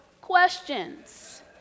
questions